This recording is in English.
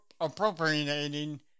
appropriating